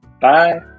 bye